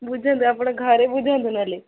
ବୁଝନ୍ତୁ ଆପଣ ଘରେ ବୁଝନ୍ତୁ ନହେଲେ